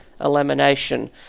Elimination